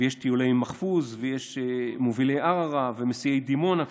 ויש טיולי מחפוז ויש מובילי ערערה ומסיעי דימונה.